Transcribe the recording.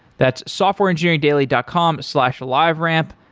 that's softwareengineeringdaily dot com slash liveramp.